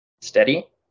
steady